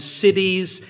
cities